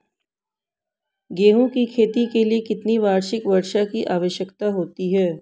गेहूँ की खेती के लिए कितनी वार्षिक वर्षा की आवश्यकता होती है?